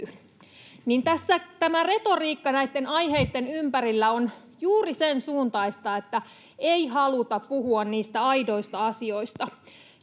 retoriikka näitten aiheitten ympärillä on juuri sen suuntaista, että ei haluta puhua niistä aidoista asioista.